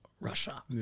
Russia